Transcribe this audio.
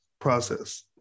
process